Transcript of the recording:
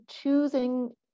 choosing